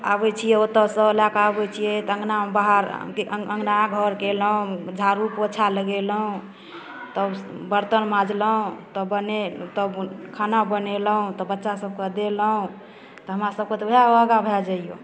आबै छिए ओतऽसँ लऽ कऽ आबै छी फेर अँगना बहार फेर अँगना घर केलहुँ झाड़ू पोछा लगेलहुँ तब बर्तन माँजलहुँ तब बनै तब खाना बनेलहुँ बच्चासबके देलहुँ तऽ हमरासबके तऽ वएह योगा भऽ जाइए